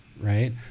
right